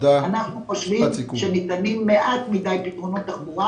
אנחנו חושבים שניתנים מעט מדיי פתרונות תחבורה